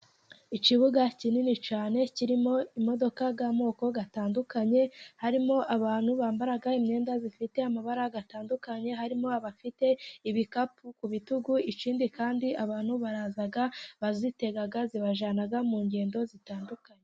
Ikibuga kinini cyane kirimo imodoka y'amoko atandukanye, harimo abantu bambara imyenda ifite amabara atandukanye, harimo abafite ibikapu ku bitugu, ikindi kandi abantu baraza bazitega zibajyana mu ngendo zitandukanye.